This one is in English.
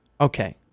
Okay